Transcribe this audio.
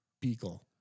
beagle